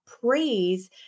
praise